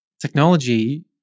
technology